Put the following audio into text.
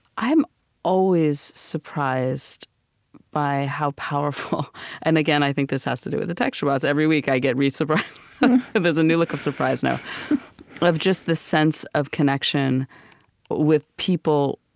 i'm always surprised by how powerful and again, i think this has to do with the tech shabbats. every week i get re-surprised there's a new look of surprise now of just this sense of connection with people,